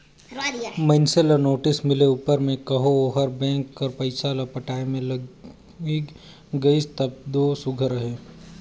मइनसे ल नोटिस मिले उपर में कहो ओहर बेंक कर पइसा ल पटाए में लइग गइस तब दो सुग्घर अहे